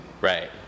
Right